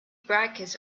brackets